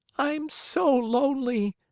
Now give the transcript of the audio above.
i'm so lonely.